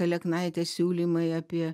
aleknaitės siūlymai apie